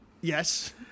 Yes